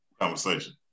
conversation